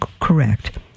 correct